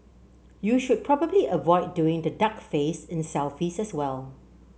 you should probably avoid doing the duck face in as well